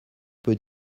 peut